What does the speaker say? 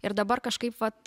ir dabar kažkaip vat